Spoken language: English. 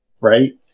Right